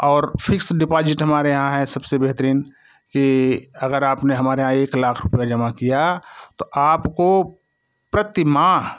और fix deposit हमारे यहाँ हैं सबसे बेहतरीन कि अगर आपने हमारे यहाँ एक लाख रुपये जमा किया तो आपको प्रति माह